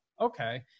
okay